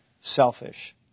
Selfish